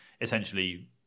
essentially